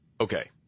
Okay